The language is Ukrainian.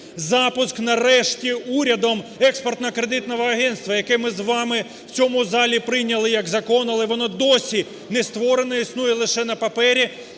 запуск нарешті урядом експортно-кредитного агентства, яке ми з вами в цьому залі прийняли як закон, але воно досі не створене, існує лише на папері,